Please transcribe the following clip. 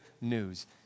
news